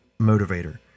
motivator